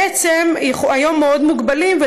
בעצם כיום מוגבלים מאוד,